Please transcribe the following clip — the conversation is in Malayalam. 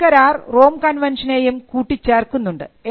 ട്രിപ്പ് കരാർ റോം കൺവെൻഷനേയും കുട്ടി ചേർക്കുന്നുണ്ട്